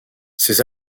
ces